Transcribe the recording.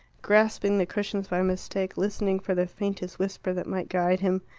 grasping the cushions by mistake, listening for the faintest whisper that might guide him.